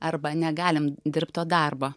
arba negalim dirbt to darbo